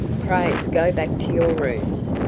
pray go back to your rooms.